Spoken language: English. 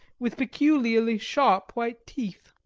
with peculiarly sharp white teeth